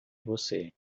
você